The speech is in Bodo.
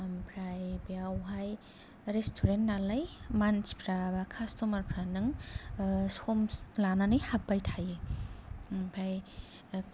ओमफ्राय बेवहाय रेस्तुरेन्ट नालाय मानसिफ्रा कास्ट'मारफ्रा नों सम लानानै हाबबाय थायो ओमफाय